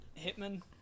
hitman